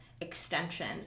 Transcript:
extension